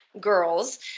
girls